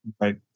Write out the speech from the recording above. Right